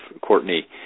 Courtney